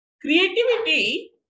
creativity